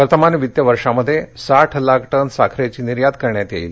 वर्तमान वित्त वर्षामध्ये साठ लाख टन साखरेची निर्यात करण्यात येईल